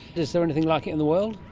is there anything like it in the world?